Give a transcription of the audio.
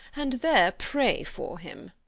and there pray for him.